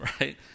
right